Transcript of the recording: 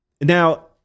Now